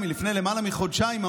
שזה הבסיס לעבירה מינהלית,